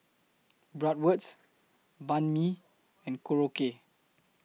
Bratwurst Banh MI and Korokke